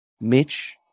Mitch